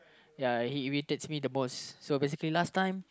ya he irritates me the most so basically last time